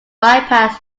bypass